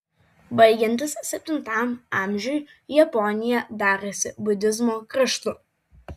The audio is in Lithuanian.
baigiantis septintam amžiui japonija darėsi budizmo kraštu